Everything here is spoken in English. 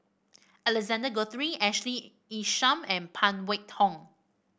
Alexander Guthrie Ashley Isham and Phan Wait Tong